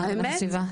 הסביבה?